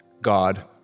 God